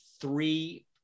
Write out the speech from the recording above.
three